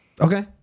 Okay